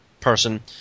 person